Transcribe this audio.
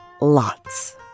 lots